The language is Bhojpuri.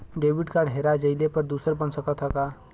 डेबिट कार्ड हेरा जइले पर दूसर बन सकत ह का?